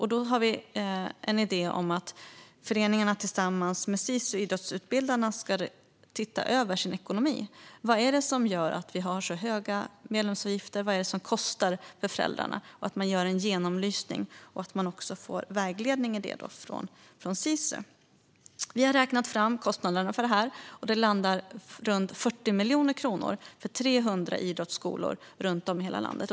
Vi har en idé om att föreningarna tillsammans med Sisu Idrottsutbildarna ska titta över sin ekonomi. Vad är det som gör att vi har så höga medlemsavgifter? Vad är det som kostar för föräldrarna? Man bör göra en genomlysning och få vägledning i detta från Sisu. Vi har räknat fram kostnaderna för detta, och de landar på runt 40 miljoner kronor för 300 idrottsskolor runt om i hela landet.